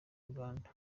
uganda